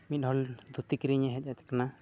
ᱢᱤᱫ ᱦᱚᱲ ᱫᱷᱩᱛᱤ ᱠᱤᱨᱤᱧᱮ ᱦᱮᱡ ᱟᱠᱟᱱᱟ